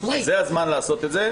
זה הזמן לעשות את זה.